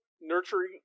Nurturing